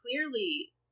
clearly